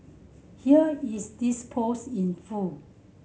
here is dis post in full